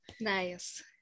Nice